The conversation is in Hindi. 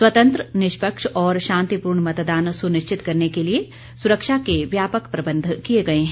स्वतंत्र निष्पक्ष और शांतिपूर्ण मतदान सुनिश्चित करने के लिए सुरक्षा के व्यापक प्रबंध किए गए हैं